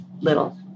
little